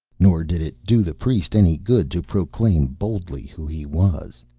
nor did it do the priest any good to proclaim boldly who he was.